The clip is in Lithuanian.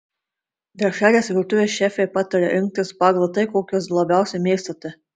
dešreles virtuvės šefė pataria rinktis pagal tai kokias labiausiai mėgstate